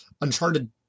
Uncharted